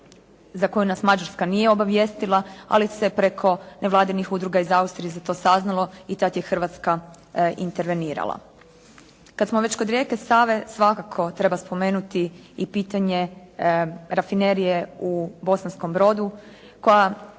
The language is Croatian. za koju nas Mađarska nije obavijestila, ali se preko nevladinih udruga iz Austrije za to saznalo i tad je Hrvatska intervenirala. Kad smo već kod rijeke Save svakako treba spomenuti i pitanje rafinerije u Bosanskom brodu koja